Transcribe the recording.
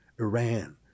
Iran